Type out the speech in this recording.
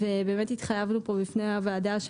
אנחנו התחייבנו פה בפני הוועדה,